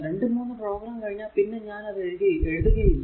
2 3 problem കഴിഞ്ഞാൽ പിന്നെ ഞാൻ അത് എഴുതുക ഇല്ല